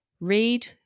Read